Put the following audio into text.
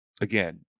again